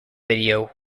video